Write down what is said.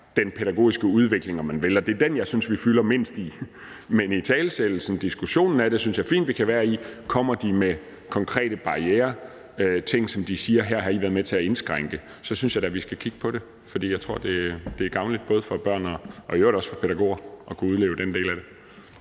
den pædagogiske udvikling, om man vil. Det er den, jeg synes vi fylder mindst i. Men italesættelsen og diskussionen af det synes jeg fint vi kan deltage i. Kommer de med konkrete barrierer og med ting, hvor de siger, at vi har været med til at indskrænke, så synes jeg da at vi skal kigge på det, fordi jeg tror, det er gavnligt både for børn og i øvrigt også for pædagoger at kunne udleve den del af det.